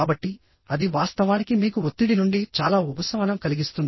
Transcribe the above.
కాబట్టి అది వాస్తవానికి మీకు ఒత్తిడి నుండి చాలా ఉపశమనం కలిగిస్తుంది